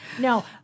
No